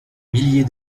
milliers